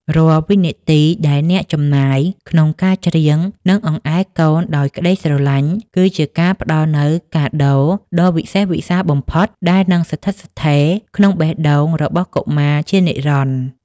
រាល់វិនាទីដែលអ្នកចំណាយក្នុងការច្រៀង និងអង្អែលកូនដោយក្ដីស្រឡាញ់ គឺជាការផ្ដល់នូវកាដូដ៏វិសេសវិសាលបំផុតដែលនឹងស្ថិតស្ថេរក្នុងបេះដូងរបស់កុមារជានិរន្តរ៍។